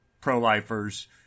pro-lifers